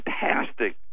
Fantastic